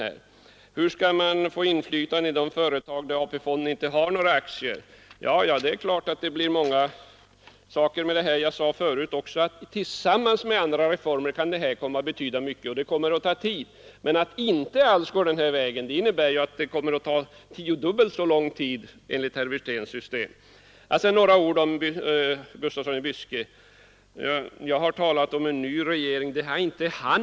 Hur skall de anställda få inflytande i de företag där AP-fonden inte har några aktier, frågar ni. Ja, det är klart att den här reformen medför många problem! Jag sade förut: Tillsammans med andra reformer kan den här reformen betyda mycket, men det kommer att ta tid innan målet är nått. Men om man inte går den av oss föreslagna vägen utan använder herr Wirténs system, kommer det att ta tio gånger så lång tid! Sedan några ord om herr Gustafssons i Byske inlägg. Jag har talat om en ny regeirng, vilket han inte gjort, säger han.